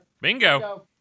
Bingo